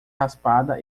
raspada